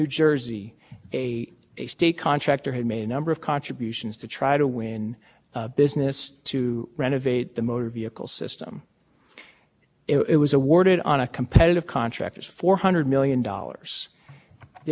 within weeks and that was a situation where the actual contract or the corporation had delivered a thousand dollar check to state senate leader the day after they had submitted their proposal they had their government relations person